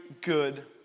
good